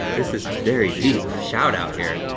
this is very deep shout-out here.